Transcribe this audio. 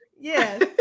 Yes